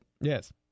yes